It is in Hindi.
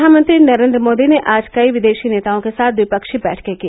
प्रधानमंत्री नरेन्द्र मोदी ने आज कई विदेशी नेताओं के साथ द्विपक्षीय बैठकें की